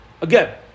Again